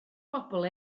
bobl